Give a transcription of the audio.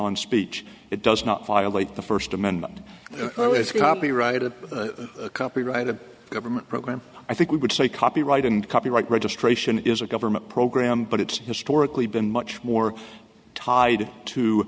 on speech it does not violate the first amendment oh it's copyrighted copyright a government program i think we would say copyright and copyright registration is a government program but it's historically been much more tied to